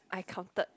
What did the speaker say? I counted